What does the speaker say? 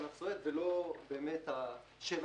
כנף סובבת ולא דווקא ה-747.